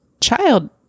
child